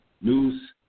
news